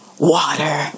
water